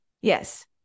Yes